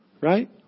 Right